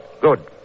Good